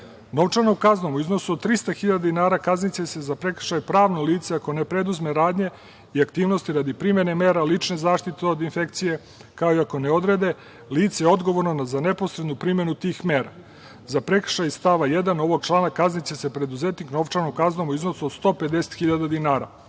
novčanom kaznom u iznosu od 300.000 dinara kazniće se za prekršaj pravno lice ako ne preduzme radnje i aktivnosti radi primene mere lične zaštite od infekcije, kao i ako ne odrede lice odgovorno za neposrednu primenu tih mera.Za prekršaj iz stava 1. ovog člana kazniće se preduzetnik novčanom kaznom u iznosu od 150.000 dinara.Za